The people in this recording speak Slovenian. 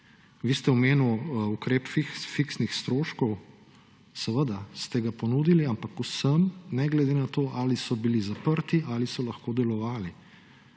Vi ste omenili ukrep fiksnih stroškov – seveda ste ga ponudili, ampak vsem, ne glede na to, ali so bili zaprti ali so lahko delovali.